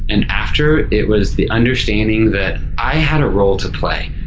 and after, it was the understanding that i had a role to play.